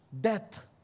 death